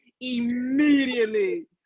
immediately